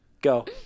Go